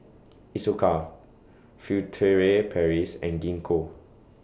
Isocal Furtere Paris and Gingko